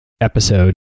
episode